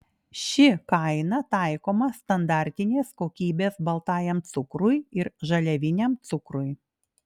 ši kaina taikoma standartinės kokybės baltajam cukrui ir žaliaviniam cukrui